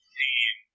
team